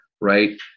Right